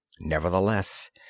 Nevertheless